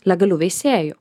legalių veisėjų